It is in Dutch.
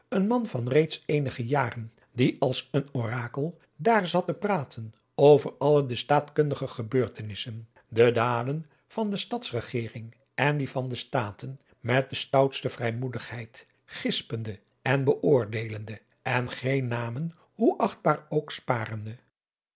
een man van reeds eenige jaren die als een orakel daar zat te praten over alle de staatkundige gebeurtenissen de daden van de stads regering en die van de staten met de stoutste vrijmoedigheid gispende en beoordeelende en geene namen hoe achtbaar ook sparende